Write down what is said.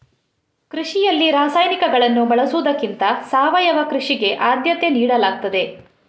ಕೃಷಿಯಲ್ಲಿ ರಾಸಾಯನಿಕಗಳನ್ನು ಬಳಸುವುದಕ್ಕಿಂತ ಸಾವಯವ ಕೃಷಿಗೆ ಆದ್ಯತೆ ನೀಡಲಾಗ್ತದೆ